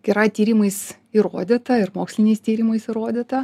yra tyrimais įrodyta ir moksliniais tyrimais įrodyta